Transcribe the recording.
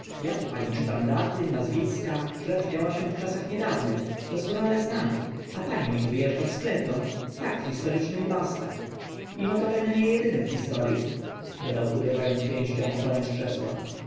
ja tu pani czytam daty nazwiska rzecz działa się w czasach niedawnych doskonale znanych a pani mi wy eżdżasz z klechdą fakt historyczny i basta i notabene nie edyny w historii dodał uderza ąc pięścią o poręcz krzesła